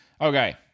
Okay